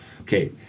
Okay